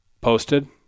posted